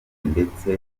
ndetse